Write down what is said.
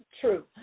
true